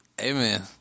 Amen